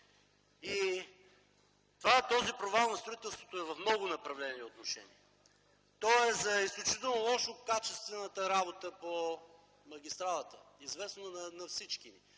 Този провал на строителството е в много направления и отношения. То е за изключително лошокачествената работа по магистралата, известна на всички ни.